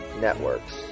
networks